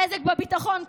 נזק בביטחון,